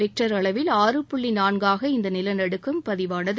Richter அளவில் ஆறு புள்ளி நான்காக இந்த நிலநடுக்கம் பதிவாகியிருந்தது